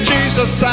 Jesus